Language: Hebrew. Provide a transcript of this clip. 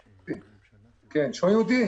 שלכם.